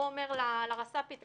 הוא אומר לרס"פית 'תקשיבי,